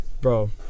Bro